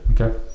Okay